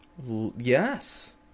yes